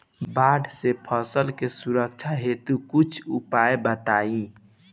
बाढ़ से फसल के सुरक्षा हेतु कुछ उपाय बताई?